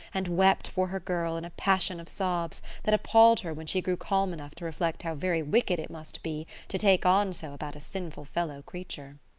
and wept for her girl in a passion of sobs that appalled her when she grew calm enough to reflect how very wicked it must be to take on so about a sinful fellow creature.